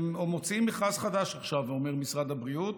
הם מוציאים מכרז חדש עכשיו, אומר משרד הבריאות,